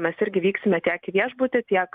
mes irgi vyksime tiek į viešbutį tiek